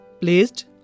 placed